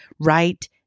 right